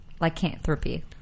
lycanthropy